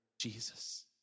Jesus